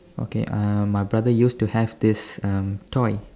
okay uh my brother used to have this um toy